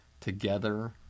Together